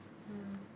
um